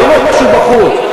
זה לא משהו בחוץ.